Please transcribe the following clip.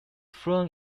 fluent